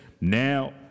now